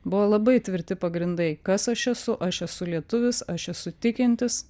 buvo labai tvirti pagrindai kas aš esu aš esu lietuvis aš esu tikintis